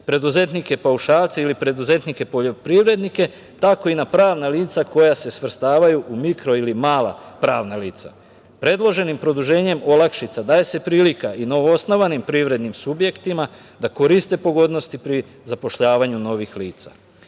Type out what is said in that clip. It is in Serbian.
preduzetnike paušalce ili preduzetnike poljoprivrednike, tako i na pravna lica koja se svrstavaju u mikro ili mala pravna lica. Predloženim produženjem olakšica daje se prilika i novoosnovanim privrednim subjektima da koriste pogodnosti pri zapošljavanju novih lica. Pored